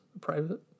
Private